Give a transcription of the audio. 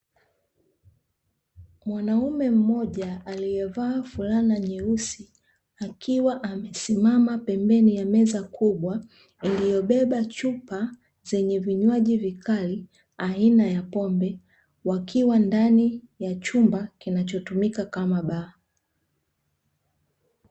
Mwanaume mmoja aliyevaa fulana nyeusi akiwa amesimama pembeni ya meza kubwa iliyobeba chupa zenye vinywaji vikali, aina ya pombe, wakiwa ndani ya chumba kinachotumika kama baa.